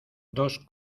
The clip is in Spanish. dos